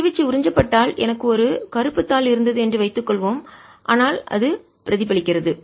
கதிர்வீச்சு உறிஞ்சப்பட்டால் எனக்கு ஒரு கருப்பு தாள் இருந்தது என்று வைத்துக் கொள்வோம் ஆனால் அது பிரதிபலிக்கிறது